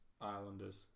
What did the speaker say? islanders